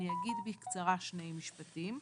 אני אגיד בקצרה שני משפטים.